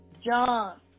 John